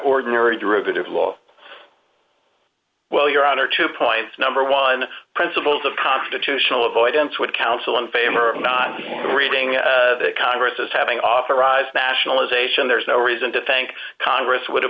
ordinary derivative law well your honor two points number one principles of constitutional avoidance would counsel in favor of not reading the congress as having authorized nationalization there is no reason to think congress would